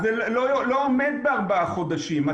אז זה לא עומד בארבעה חודשים,